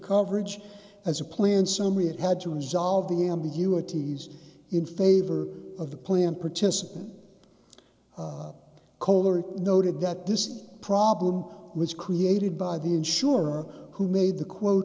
coverage as a plan summary it had to resolve the ambiguities in favor of the plan participants koehler noted that this problem was created by the insurer who made the quote